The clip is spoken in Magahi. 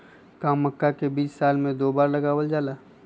का मक्का के बीज साल में दो बार लगावल जला?